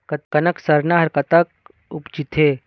कनक सरना हर कतक उपजथे?